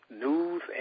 news